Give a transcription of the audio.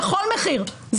בכל מחיר.